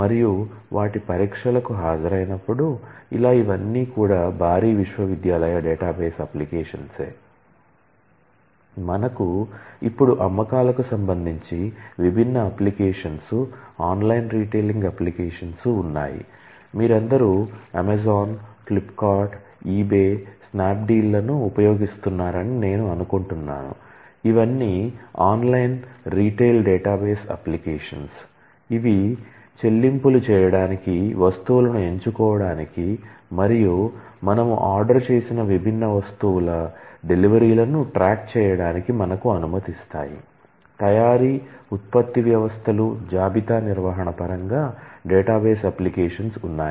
మనకు ఇప్పుడు అమ్మకాల కు సంబంధించి విభిన్న అప్లికేషన్స్ ని కలిగి ఉంటాయి